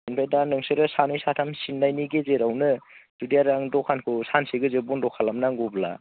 ओमफ्राय दा नोंसोर सानै साथाम सिननायनि गेजेरावनो जुदि आरो आं दखानखौ सानसे गोजो बन्द' खालामनांगौब्ला